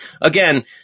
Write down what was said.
again